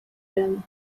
them